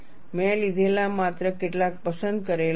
મેં લીધેલા માત્ર કેટલાક પસંદ કરેલા છે